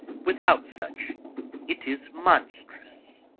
without such it is monstrous.